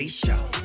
show